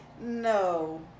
No